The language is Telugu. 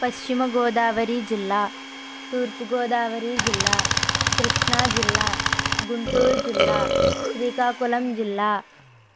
పశ్చిమ గోదావరి జిల్లా తూర్పు గోదావరి జిల్లా కృష్ణ జిల్లా గుంటూరు జిల్లా శ్రీకాకుళం జిల్లా